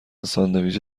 ساندویچ